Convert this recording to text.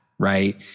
Right